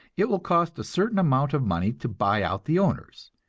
it will cost a certain amount of money to buy out the owners,